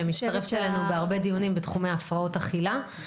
שמצטרפת אלינו בהרבה דיונים בתחומי הפרעות אכילה.